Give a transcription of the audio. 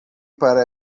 para